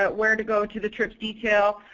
but where to go to the church detail